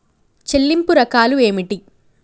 చెల్లింపు రకాలు ఏమిటి?